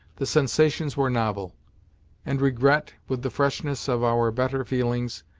the sensations were novel and regret, with the freshness of our better feelings,